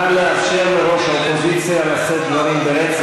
נא לאפשר לראש האופוזיציה לשאת דברים ברצף,